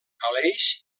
aleix